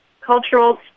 cultural